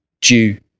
due